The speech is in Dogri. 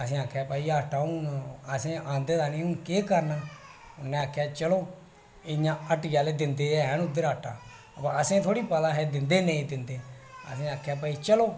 में आखेआ भाई हून आटा आंदे दा नेईं हून केह् करना में आखेआ चलो इयां हट्टी आहले दिंदे हैन आटा असें थोह्ड़ी पता हा दिंदे नेईं दिंदे असें आखेआ भाई